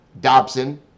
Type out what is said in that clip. Dobson